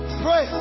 pray